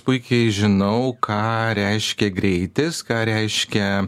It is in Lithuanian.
puikiai žinau ką reiškia greitis ką reiškia